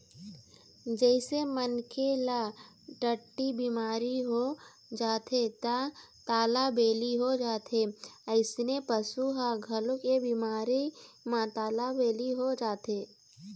जइसे मनखे ल टट्टी बिमारी हो जाथे त तालाबेली हो जाथे अइसने पशु ह घलोक ए बिमारी म तालाबेली हो जाथे